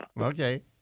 Okay